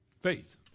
Faith